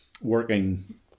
working